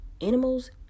animals